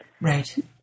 Right